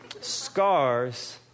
Scars